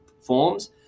forms